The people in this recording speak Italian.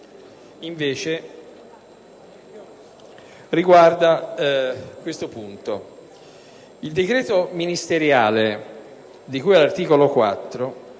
il decreto ministeriale di cui all'articolo 4